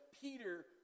Peter